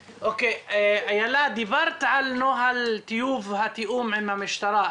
אילה, דיברת על נוהל טיוב התיאום עם המשטרה.